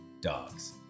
dogs